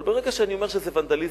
אבל ברגע שאני אומר שזה ונדליזם,